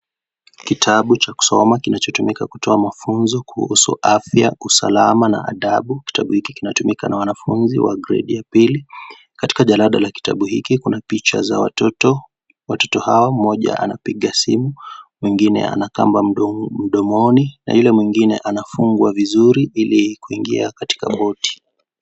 Kitabu cha kusoma kinachotumika kutoa mafunzo kuhusu afya usalama na adabu kitabu hiki kinatumika na wanafunzi wa gredi ya pili katika jalada la kitabu hiki kuna picha za watoto, watoto hao mmoja anapiga simu mwingine anakamba mdomoni na yule mwingine anafungwa vizuri ilikuingia katika boti.